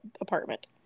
apartment